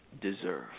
deserve